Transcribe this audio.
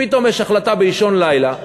פתאום יש החלטה באישון לילה,